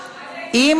אין